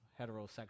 heterosexual